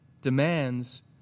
demands